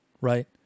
right